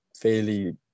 fairly